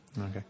Okay